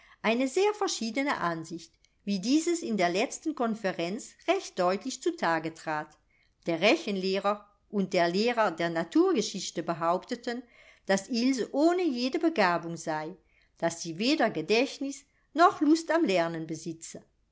eine sehr verschiedene ansicht wie dieses in der letzten konferenz recht deutlich zu tage trat der rechenlehrer und der lehrer der naturgeschichte behaupteten daß ilse ohne jede begabung sei daß sie weder gedächtnis noch lust am lernen besitze